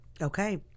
Okay